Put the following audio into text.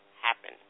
happen